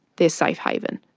their safe haven.